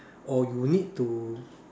or you need to